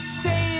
say